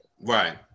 Right